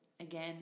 again